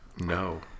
No